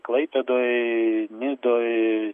klaipėdoj nidoj